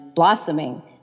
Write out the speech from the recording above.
Blossoming